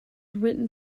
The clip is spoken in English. written